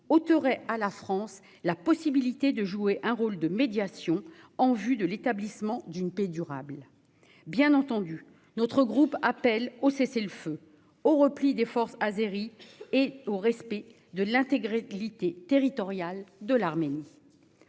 ôterait à la France la possibilité de jouer un rôle de médiation en vue de l'établissement d'une paix durable. Bien entendu, notre groupe appelle au cessez-le-feu, au repli des forces azéries et au respect de l'intégrité territoriale de l'Arménie.